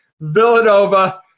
Villanova